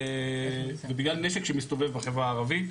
בגלל נשק שמסתובב בחברה הערבית.